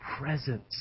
presence